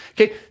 Okay